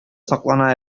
саклана